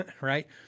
Right